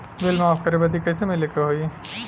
Bill माफ करे बदी कैसे मिले के होई?